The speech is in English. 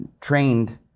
trained